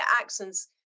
accents